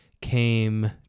came